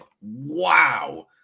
Wow